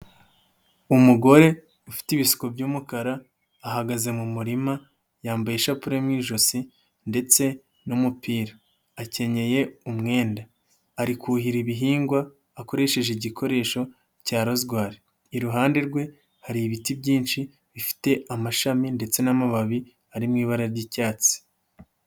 Umugore ufite ibisuko by'umukara ahagaze mu murima yambaye ishapule mu ijosi ndetse n'umupira, akenyeye umwenda, ari kuhira ibihingwa akoresheje igikoresho cya rozwari, iruhande rwe hari ibiti byinshi bifite amashami ndetse n'amababi ari mu ibara ry'icyatsi.